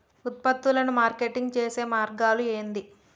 ఉత్పత్తులను మార్కెటింగ్ చేసే మార్గాలు ఏంది?